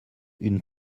une